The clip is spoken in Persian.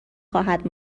خواهد